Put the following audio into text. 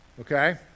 okay